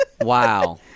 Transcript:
Wow